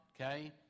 okay